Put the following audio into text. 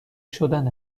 شدن